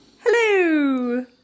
Hello